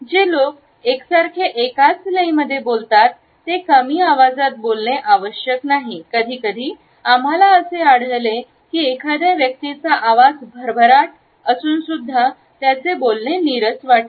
जे लोक एकसारखे एकाच लई मध्ये बोलतात ते कमी आवाजात बोलणे आवश्यक नाही कधीकधी आम्हाला असे आढळते की एखाद्या व्यक्तीचा आवाज भरभराट त्याचे बोलणे नीरस वाटते